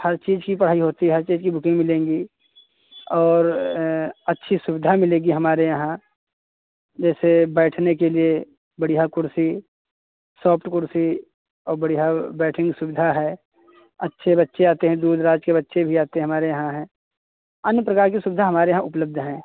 हर चीज की पढ़ाई होती है हर चीज कि बुकें मिलेंगी और अच्छी सुविधा मिलेगी हमारे यहाँ जैसे बैठने के लिए बढ़िया कुर्सी सॉफ्ट कुर्सी और बढ़िया बैठने कि सुविधा है अच्छे बच्चे आते हैं दूर दराज के बच्चे भी आते हैं हमारे यहाँ हैं अन्य प्रकार की सुविधा हमारे यहाँ उपलब्ध हैं